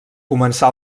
començà